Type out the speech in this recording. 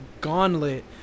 gauntlet